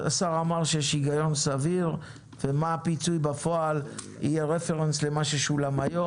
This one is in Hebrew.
השר אמר שיש היגיון סביר ומה הפיצוי בפועל יהיה רפרנס למה ששולם היום,